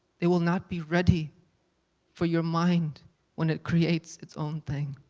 they will not be ready for your mind when it creates its own thing.